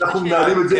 אנחנו מנהלים את זה טוב.